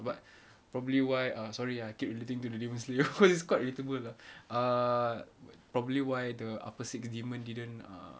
but probably why ah sorry I keep relating to demon slayer cause it's quite relatable ah err probably why the apa six demon didn't uh